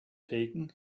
taken